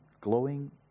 glowing